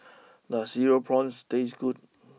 does Cereal Prawns taste good